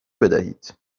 بدهید